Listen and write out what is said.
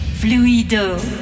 fluido